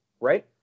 right